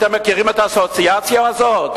אתם מכירים את האסוציאציה הזאת?